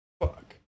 Fuck